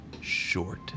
short